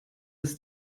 das